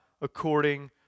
according